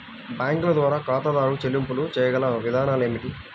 బ్యాంకుల ద్వారా ఖాతాదారు చెల్లింపులు చేయగల విధానాలు ఏమిటి?